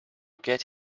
get